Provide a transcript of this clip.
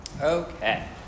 Okay